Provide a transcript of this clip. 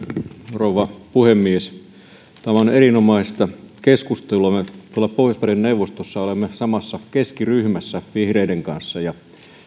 rouva puhemies tämä on erinomaista keskustelua me tuolla pohjoismaiden neuvostossa olemme samassa keskiryhmässä vihreiden kanssa ja